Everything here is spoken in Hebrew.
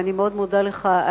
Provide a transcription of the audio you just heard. ואני מאוד מודה לך.